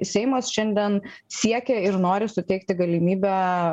seimas šiandien siekia ir nori suteikti galimybę